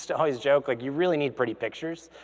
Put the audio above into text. so always joke, like you really need pretty pictures.